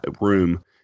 room